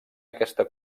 aquesta